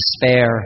despair